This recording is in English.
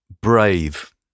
brave